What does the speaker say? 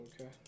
okay